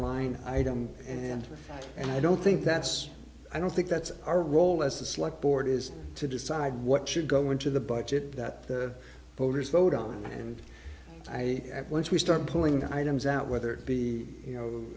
line item and and i don't think that's i don't think that's our role as this like board is to decide what should go into the budget that the voters vote on and i at once we start pulling items out whether it be you know